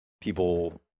people